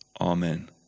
Amen